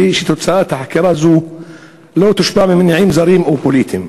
ושתוצאת החקירה הזאת לא תושפע ממניעים זרים או פוליטיים.